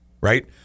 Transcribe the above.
Right